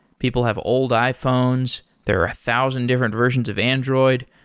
people have old iphones. there are a thousand different versions of android.